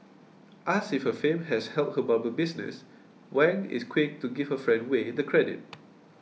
asked if her fame has helped her barber business Wang is quick to give her friend Way the credit